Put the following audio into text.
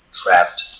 trapped